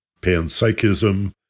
panpsychism